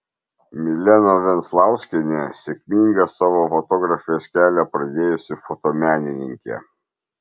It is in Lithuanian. milena venclauskienė sėkmingą savo fotografės kelią pradėjusi fotomenininkė